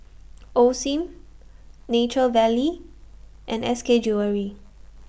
Osim Nature Valley and S K Jewellery